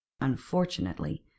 Unfortunately